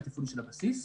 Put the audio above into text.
התפעולי של הבסיס.